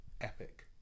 epic